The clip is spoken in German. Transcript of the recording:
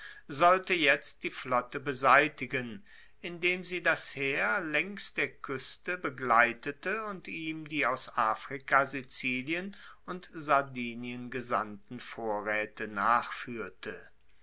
sollte jetzt die flotte beseitigen indem sie das heer laengs der kueste begleitete und ihm die aus afrika sizilien und sardinien gesandten vorraete